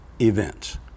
events